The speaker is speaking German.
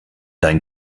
dein